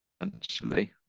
essentially